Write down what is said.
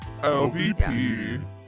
LVP